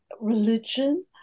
religion